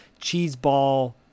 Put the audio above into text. cheeseball